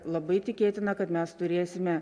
labai tikėtina kad mes turėsime